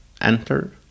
enter